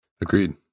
Agreed